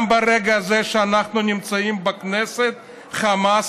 גם ברגע הזה שאנחנו נמצאים בכנסת חמאס